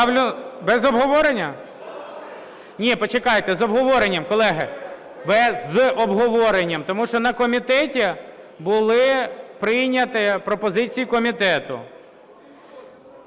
Без обговорення? Ні, почекайте, з обговоренням, колеги. З обговоренням, тому що на комітеті були прийняті пропозиції комітету.